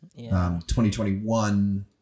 2021